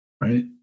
Right